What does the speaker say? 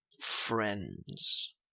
friends